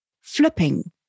flipping